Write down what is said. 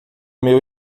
meu